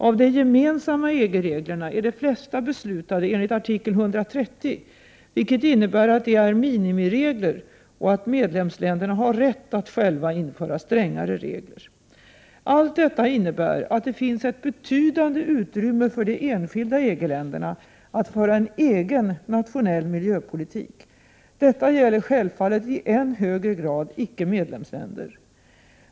—- Av de gemensamma EG-reglerna är de flesta beslutade enligt artikel 130, vilket innebär att de är minimiregler, och att medlemsländerna har rätt att själva införa strängare regler. Allt detta innebär att det finns ett betydande utrymme för de enskilda EG-länderna att föra en egen nationell miljöpolitik. Detta gäller självfallet i än högre grad icke-medlemsländer.